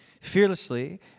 fearlessly